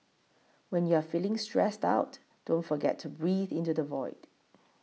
when you are feeling stressed out don't forget to breathe into the void